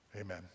Amen